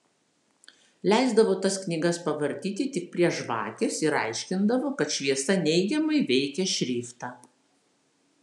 leisdavo tas knygas pavartyti tik prie žvakės ir aiškindavo kad šviesa neigiamai veikia šriftą